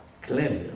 Clever